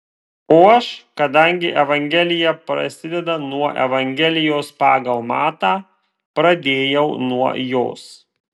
o aš kadangi evangelija prasideda nuo evangelijos pagal matą pradėjau nuo jos